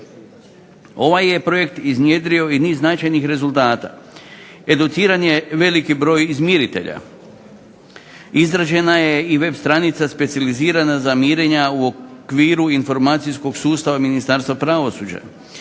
Ovaj je projekt iznjedrio i niz značajnih rezultata, educiran je veliki broj izmiritelja, izrađena je i web stranica specijalizirana za mirenja u okviru informacijskog sustava Ministarstva pravosuđa,